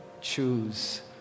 choose